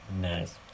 Nice